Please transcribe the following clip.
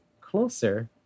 closer